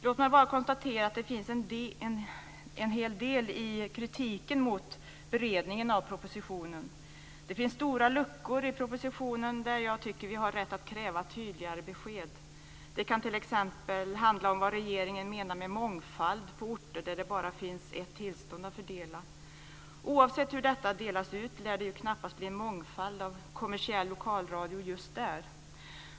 Låt mig bara konstatera att det finns en hel del i kritiken mot propositionen. Det finns stora luckor i propositionen där jag tycker att vi har rätt att kräva tydligare besked. Det kan t.ex. handla om vad regeringen menar med mångfald på orter där det bara finns ett tillstånd att fördela. Oavsett hur detta delas ut lär det ju knappast bli en mångfald av kommersiell lokalradio just där.